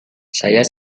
saya